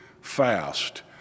fast